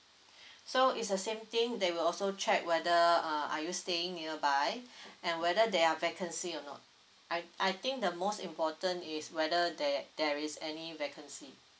so it's the same thing they will also check whether uh are you staying nearby and whether there are vacancy or not I I think the most important is whether there there is any vacancy